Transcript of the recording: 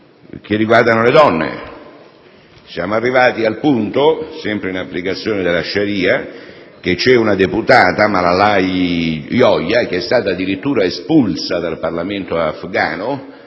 che riguardano le donne. Siamo arrivati al punto, sempre in applicazione della *sharia*, che la deputata Malalai Joya è stata addirittura espulsa dal Parlamento afghano